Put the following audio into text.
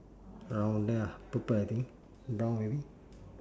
around there lah purple I think brown maybe